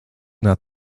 not